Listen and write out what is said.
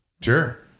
Sure